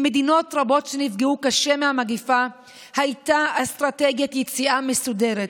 למדינות רבות שנפגעו קשה מהמגפה הייתה אסטרטגיית יציאה מסודרת.